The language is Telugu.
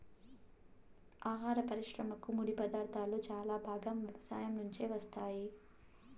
ఆహార పరిశ్రమకు ముడిపదార్థాలు చాలా భాగం వ్యవసాయం నుంచే వస్తాయి